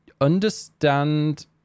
understand